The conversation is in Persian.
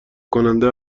کننده